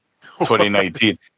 2019